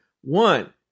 One